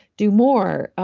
do more,